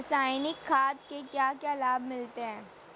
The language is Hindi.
रसायनिक खाद के क्या क्या लाभ मिलते हैं?